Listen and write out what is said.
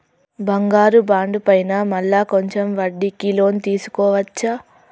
బంగారు బాండు పైన మళ్ళా కొంచెం వడ్డీకి లోన్ తీసుకోవచ్చా?